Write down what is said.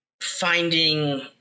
finding